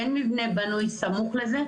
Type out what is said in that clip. אין מבנה בנוי סמוך לזה.